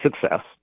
success